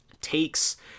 takes